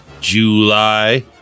July